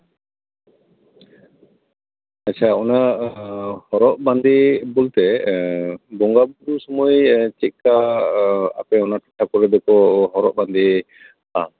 ᱟᱪᱪᱷᱟ ᱚᱱᱟ ᱦᱚᱨᱚᱜ ᱵᱟᱸᱫᱮ ᱵᱚᱞᱛᱮ ᱵᱚᱸᱜᱟ ᱵᱩᱨᱩ ᱥᱚᱢᱚᱭ ᱪᱮᱫᱠᱟ ᱟᱯᱮ ᱚᱱᱟ ᱴᱚᱴᱷᱟ ᱠᱚᱨᱮ ᱫᱚᱠᱚ ᱦᱚᱨᱚᱜ ᱵᱟᱸᱫᱮᱜᱼᱟ